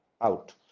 out